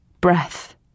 breath